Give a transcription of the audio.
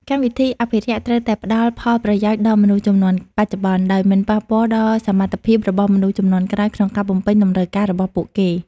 កម្មវិធីអភិរក្សត្រូវតែផ្ដល់ផលប្រយោជន៍ដល់មនុស្សជំនាន់បច្ចុប្បន្ន ដោយមិនប៉ះពាល់ដល់សមត្ថភាពរបស់មនុស្សជំនាន់ក្រោយក្នុងការបំពេញតម្រូវការរបស់ពួកគេ។